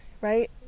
right